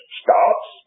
starts